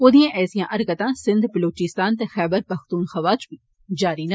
औदियां ऐसियां हरकतां सिन्ध बलोचिस्तान ते खैहबर पखतूनखवाह च बी जारी न